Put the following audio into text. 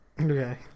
Okay